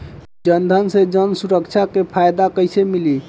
जनधन से जन सुरक्षा के फायदा कैसे मिली?